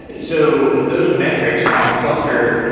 so those metrics on a cluster,